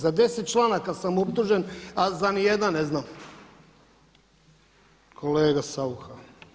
Za 10 članaka sam optužen, a za ni jedan ne znam, kolega Saucha.